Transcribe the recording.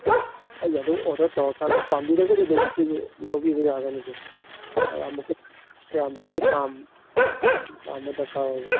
ꯑꯩ ꯑꯗꯨꯝ ꯑꯣꯗꯔ ꯇꯧꯔꯀꯥꯟ ꯄꯥꯝꯕꯤꯔꯒꯗꯤ ꯑꯗꯨꯝ ꯁꯤꯁꯨ ꯂꯧꯕꯤꯕ ꯌꯥꯒꯅꯤꯁꯦ ꯀꯌꯥꯃꯨꯛꯀꯗꯤ ꯄꯥꯝꯕ ꯗꯔꯀꯥꯔ ꯑꯣꯏꯒꯦ